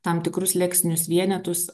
tam tikrus leksinius vienetus